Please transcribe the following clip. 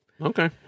Okay